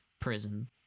prison